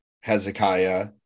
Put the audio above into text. Hezekiah